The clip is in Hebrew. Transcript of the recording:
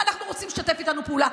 אנחנו רוצים שתשתף איתנו פעולה.